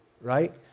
right